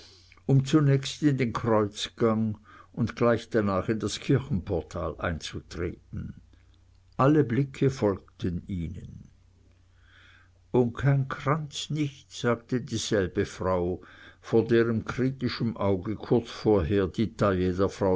um zunächst in den kreuzgang und gleich danach in das kirchenportal einzutreten aller blicke folgten ihnen un kein kranz nich sagte dieselbe frau vor deren kritischem auge kurz vorher die